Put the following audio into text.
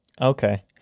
Okay